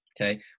okay